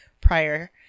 prior